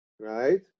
Right